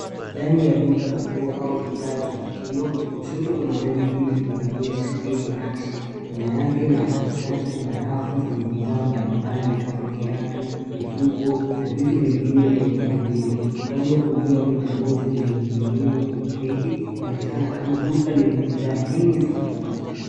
Ndani ya duka la nguo au bidhaa za mitindo, kushoto kuna manikini iliyovalia shati yenye nakshi. Nyuma yake na katikati kuna rafu zenye bidhaa mbalimbali kama viatu, mifuko na vitu vingine vya kuvaliwa. Upande wa kulia kuna nguo zilizoning'inia kwenye reki. Inaonekana kama duka lenye bidhaa nyingi za kuuza.